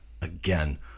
again